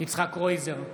יצחק קרויזר,